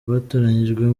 batoranyijwe